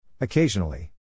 Occasionally